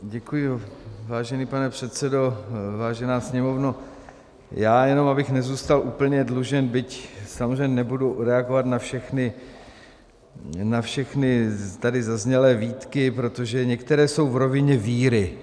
Děkuji, vážený pane předsedo, vážená sněmovno, já jen abych nezůstal úplně dlužen, byť samozřejmě nebudu reagovat na všechny tady zaznělé výtky, protože některé jsou v rovině víry.